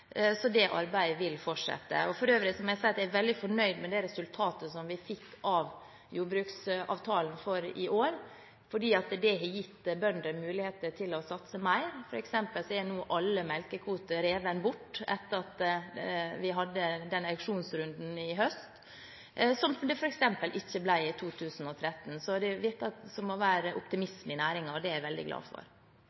Så det arbeidet vil fortsette. For øvrig vil jeg si at jeg er veldig fornøyd med det resultatet som vi fikk i jordbruksavtalen for i år. Det har gitt bøndene mulighet til å satse mer. For eksempel er nå alle melkekvoter revet bort etter at vi hadde auksjonsrunden i høst, som de bl.a. ikke ble i 2013. Så det virker å være